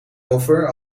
over